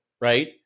right